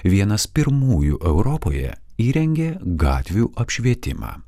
vienas pirmųjų europoje įrengė gatvių apšvietimą